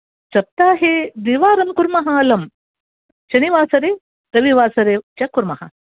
सप्ताहे द्विवारं कुर्मः अलं शनिवासरे रविवासरे च कुर्मः